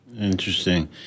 Interesting